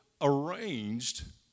arranged